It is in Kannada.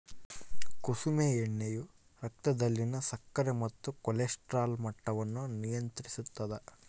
ಕುಸುಮೆ ಎಣ್ಣೆಯು ರಕ್ತದಲ್ಲಿನ ಸಕ್ಕರೆ ಮತ್ತು ಕೊಲೆಸ್ಟ್ರಾಲ್ ಮಟ್ಟವನ್ನು ನಿಯಂತ್ರಿಸುತ್ತದ